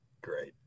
Great